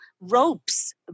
ropes